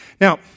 Now